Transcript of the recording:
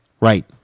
Right